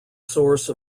source